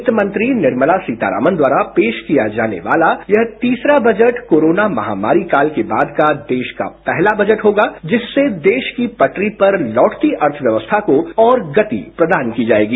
वित्त मंत्री निर्मला सीतारामन द्वारा पेश किया जाने वाला यह तीसरा बजट कोरोना महामारी काल के बाद का देश का पहला बजट होगा जिससे देश की पटरी पर लौटती अर्थव्यवस्था को और गति प्रदान की जाएगी